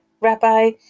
Rabbi